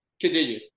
Continue